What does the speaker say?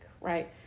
right